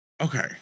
Okay